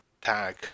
tag